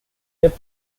left